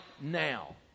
now